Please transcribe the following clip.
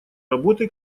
работы